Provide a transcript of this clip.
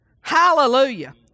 Hallelujah